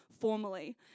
formally